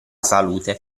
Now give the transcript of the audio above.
salute